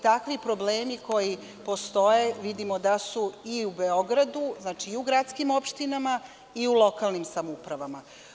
Takvi problemi koji postoje vidimo da su i u Beogradu, i u gradskim opštinama, i u lokalnim samoupravama.